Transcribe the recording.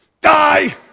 Die